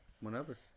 whenever